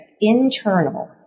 internal